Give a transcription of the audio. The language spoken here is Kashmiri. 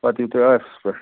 پَتہٕ یِیِو تُہۍ آفِسَس پٮ۪ٹھ